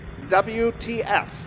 WTF